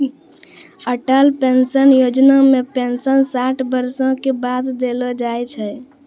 Atal pension Yojana मे pension साठ बरसो के बाद देलो जाय छै